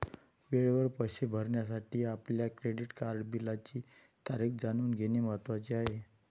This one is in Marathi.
वेळेवर पैसे भरण्यासाठी आपल्या क्रेडिट कार्ड बिलाची तारीख जाणून घेणे महत्वाचे आहे